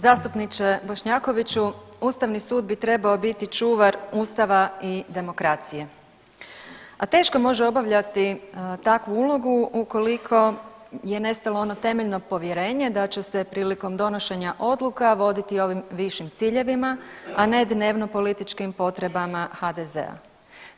Zastupniče Bošnjakoviću, Ustavni sud bi trebao biti čuvar Ustava i demokracije, a teško može obavljati takvu ulogu ukoliko je nestalo ono temeljno povjerenje da će se prilikom donošenja odluka voditi ovim višim ciljevima, a ne dnevnopolitičkim potrebama HDZ-a.